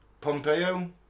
Pompeo